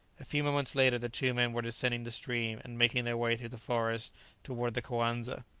a few moments later the two men were descending the stream, and making their way through the forest towards the coanza.